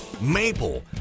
maple